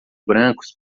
brancos